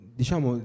diciamo